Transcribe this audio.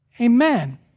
Amen